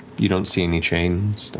you don't see any chains,